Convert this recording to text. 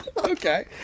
Okay